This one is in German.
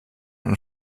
und